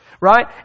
right